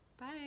Bye